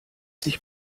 sich